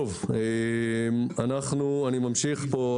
בבקשה.